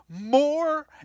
more